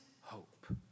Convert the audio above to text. hope